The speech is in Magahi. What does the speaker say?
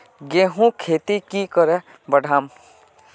गेंहू खेती की करे बढ़ाम?